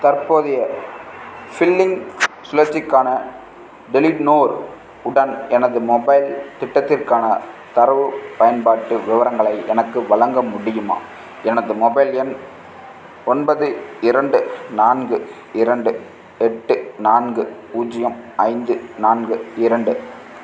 தற்போதைய ஃபில்லிங் சுழற்சிக்கான டெலிட்நோர் உடன் எனது மொபைல் திட்டத்திற்கான தரவு பயன்பாட்டு விவரங்களை எனக்கு வழங்க முடியுமா எனது மொபைல் எண் ஒன்பது இரண்டு நான்கு இரண்டு எட்டு நான்கு பூஜ்ஜியம் ஐந்து நான்கு இரண்டு